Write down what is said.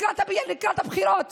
לקראת הבחירות